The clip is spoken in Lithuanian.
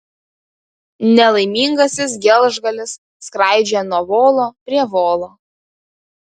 nelaimingasis gelžgalis skraidžioja nuo volo prie volo